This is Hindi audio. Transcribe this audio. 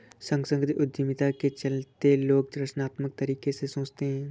सांस्कृतिक उद्यमिता के चलते लोग रचनात्मक तरीके से सोचते हैं